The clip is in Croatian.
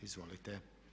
Izvolite.